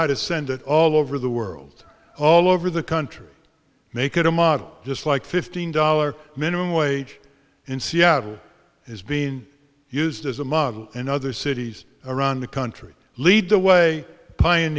how to send it all over the world all over the country make it a model just like fifteen dollars minimum wage in seattle is being used as a model in other cities around the country lead the way pione